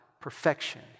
perfection